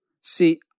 See